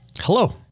Hello